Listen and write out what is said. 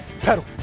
pedal